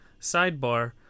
sidebar